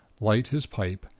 light his pipe,